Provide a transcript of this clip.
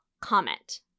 comment